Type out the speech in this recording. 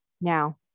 now